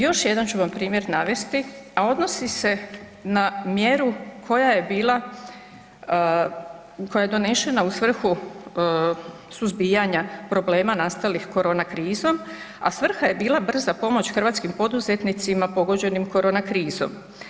Još jedan ću vam primjer navesti, a odnosi se na mjeru koja je bila, koja je donešena u svrhu suzbijanja problema nastalih korona krizom, a svrha je bila brza pomoć hrvatskim poduzetnicima pogođenim korona krizom.